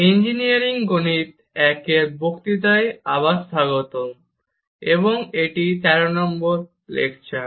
engineering গণিত I এ বক্তৃতায় আবার স্বাগতম এবং এটি 13 নম্বর লেকচার